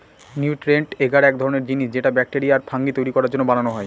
nutrient agar এক ধরনের জিনিস যেটা ব্যাকটেরিয়া আর ফাঙ্গি তৈরী করার জন্য বানানো হয়